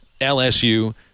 LSU